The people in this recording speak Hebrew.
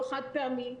לא חד-פעמי,